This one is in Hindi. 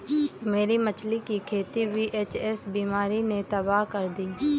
मेरी मछली की खेती वी.एच.एस बीमारी ने तबाह कर दी